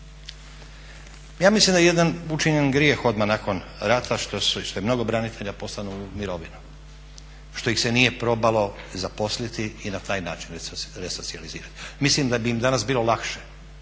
Ja mislim da je jedan učinjen grijeh odmah nakon rata što je mnogo branitelja poslano u mirovinu, što ih se nije probalo zaposliti i na taj način resocijalizirati. Mislim da bi im danas bilo lakše,